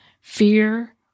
Fear